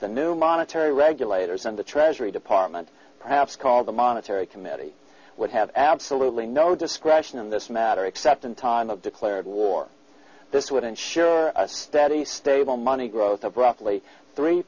the new monetary regulators and the treasury department perhaps called the monetary committee would have absolutely no discretion in this matter except in time of declared war this would ensure a steady stable money growth of roughly three